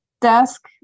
desk